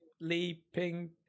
leaping